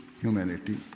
humanity